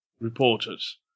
Reporters